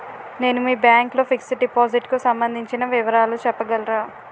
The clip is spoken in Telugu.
నేను మీ బ్యాంక్ లో ఫిక్సడ్ డెపోసిట్ కు సంబందించిన వివరాలు చెప్పగలరా?